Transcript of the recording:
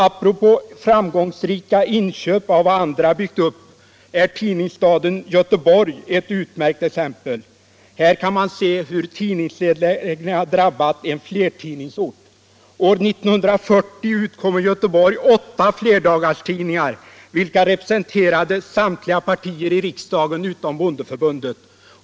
Apropå framgångsrika inköp av vad andra byggt upp är tidningsstaden Göteborg ett utmärkt exempel. Här kan man se hur tidningsnedläggningar drabbat en flertidningsort. År 1940 utkom i Göteborg åtta flerdagarstidningar, vilka representerade samtliga partier i riksdagen utom bondeförbundet.